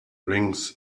rings